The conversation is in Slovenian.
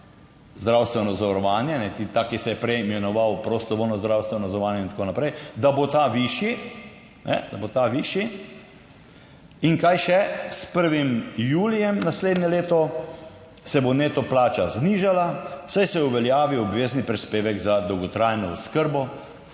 zdravstveno zavarovanje ta, ki se je prej imenoval prostovoljno zdravstveno zavarovanje in tako naprej, da bo ta višji, da bo ta višji. In kaj še s 1. julijem naslednje leto se bo neto plača znižala, saj se uveljavi obvezni prispevek za dolgotrajno oskrbo,